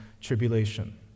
tribulation